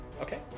Okay